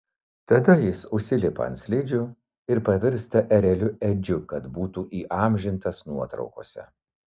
tada jis užsilipa ant slidžių ir pavirsta ereliu edžiu kad būtų įamžintas nuotraukose